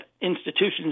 institutions